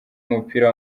w’umupira